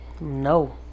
No